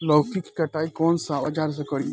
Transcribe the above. लौकी के कटाई कौन सा औजार से करी?